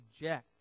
reject